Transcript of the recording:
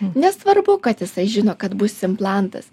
nesvarbu kad jisai žino kad bus implantas